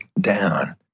down